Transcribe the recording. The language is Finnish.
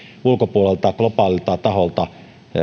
ulkopuolelta globaalilta taholta